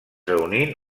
reunint